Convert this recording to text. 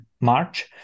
March